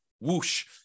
whoosh